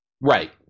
Right